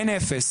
אין אפס.